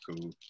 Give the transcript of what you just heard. cool